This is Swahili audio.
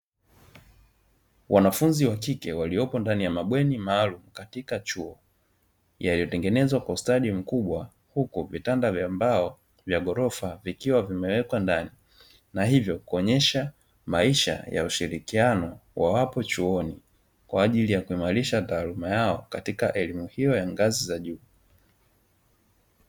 Wanafunzi wa kike waliopo ndani ya mabweni maalumu katika chuo, yaliyotengenezwa kwa ustadi mkubwa huko vitanda vya mbao vya ghorofa vikiwa vimewekwa ndani na hivyo kuonyesha maisha ya ushirikiano wawapo chuoni kwa ajili ya kuimarisha taaluma yao katika elimu hiyo ya ngazi za juu.